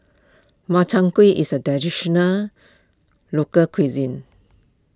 Makchang Gui is a local cuisine